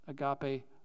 agape